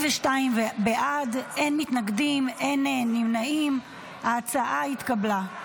42 בעד, אין מתנגדים ואין נמנעים, ההצעה לא